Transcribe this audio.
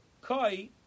Koi